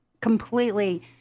completely